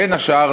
בין השאר,